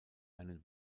einen